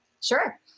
Sure